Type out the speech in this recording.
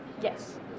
Yes